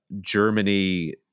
Germany